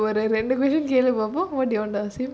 (uh huh) what do you want to ask him